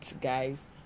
guys